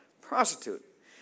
Prostitute